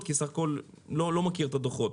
כי בסך הכול אני לא מכיר את הדוחות.